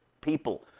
people